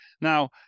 now